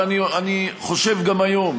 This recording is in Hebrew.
ואני חושב גם היום,